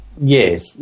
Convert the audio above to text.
Yes